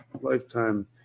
lifetime